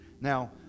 Now